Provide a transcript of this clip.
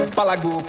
Palago